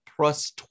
plus